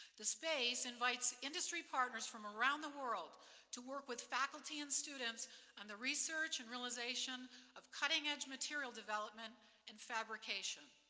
the space invites industry partners from around the world to work with faculty and students on the research and realization of cutting edge material development and fabrication.